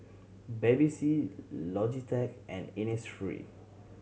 Bevy C Logitech and Innisfree